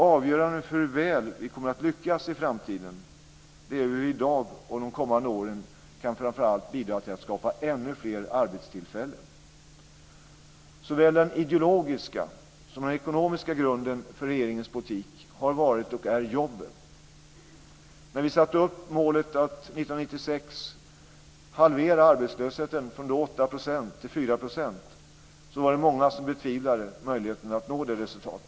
Avgörande för hur väl vi kommer att lyckas i framtiden är framför allt hur vi i dag och de kommande åren kan bidra till att skapa ännu fler arbetstillfällen. Såväl den ideologiska som den ekonomiska grunden för regeringens politik har varit och är jobben. När vi 1996 satte upp målet att halvera arbetslösheten, från 8 % till 4 %, var det många som betvivlade möjligheten att nå det resultatet.